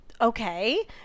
okay